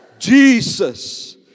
Jesus